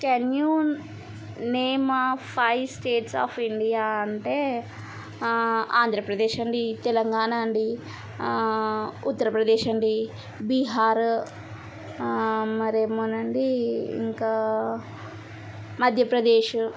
can you name of five states of India అంటే ఆంధ్రప్రదేశ్ అండి తెలంగాణ అండి ఉత్తరప్రదేశ్ అండి బీహార్ మరేమోనండీ ఇంకా మధ్యప్రదేశ్